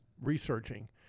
researching